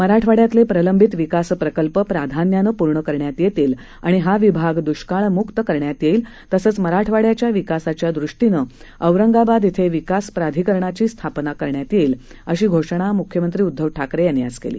मराठवाड्यातले प्रलंबित विकास प्रकल्प प्राधान्यानं पूर्ण करण्यात येतील आणि हा विभाग दुष्काळ मुक्त करण्यात येईल तसंच मराठवाड्याच्या विकासाच्या दृष्टीनं औरंगाबाद िं विकास प्राधिकरणाची स्थापना करण्यात येईल अशी घोषणा मुख्यमंत्री उद्दव ठाकरे यांनी आज केली